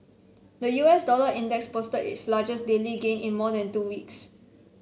the U S dollar index posted its largest daily gain in more than two weeks